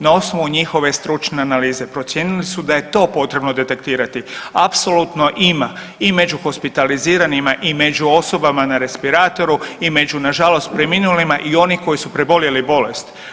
Na osnovu njihove stručne analize procijenili su da je to potrebno detektira, apsolutno ima i među hospitaliziranima i među osobama na respiratoru i među nažalost preminulima i one koji su preboljeli bolest.